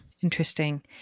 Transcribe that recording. Interesting